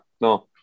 no